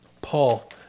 Paul